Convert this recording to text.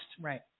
right